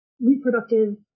reproductive